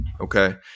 Okay